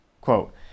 quote